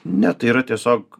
ne tai yra tiesiog